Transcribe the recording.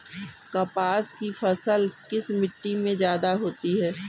कपास की फसल किस मिट्टी में ज्यादा होता है?